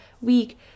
week